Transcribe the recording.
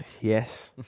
Yes